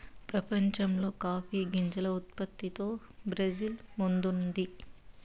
ప్రపంచంలో కాఫీ గింజల ఉత్పత్తిలో బ్రెజిల్ ముందుంది